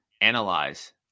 analyze